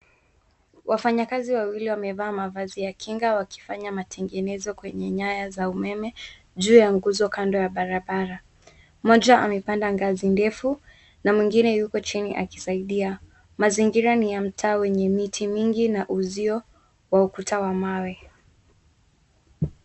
Wafanyakazi wawili wamevaa mavazi ya kinga wakifanya matengenezo kwenye nyaya za umeme juu ya nguzo kando ya barabara. Mmoja amepanda ngazi ndefu na mwingine yuko chini akisaidia. Mazingira ni ya mtaa wenye miti mingi na uzio wa ukuta wa mawe.